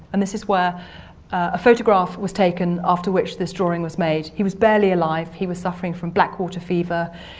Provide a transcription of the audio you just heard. and this is where a photograph was taken after which this drawing was made. he was barely alive, he was suffering from blackwater fever,